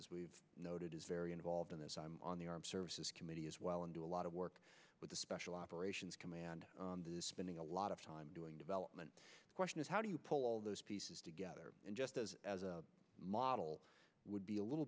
as we've noted is very involved in this on the armed services committee as well and do a lot of work with the special operations command spending a lot of time doing development question is how do you pull all those pieces together just as a model would be a little